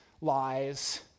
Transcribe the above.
lies